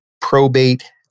probate